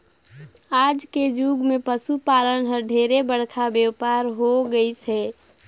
आज के जुग मे पसु पालन हर ढेरे बड़का बेपार हो होय गईस हे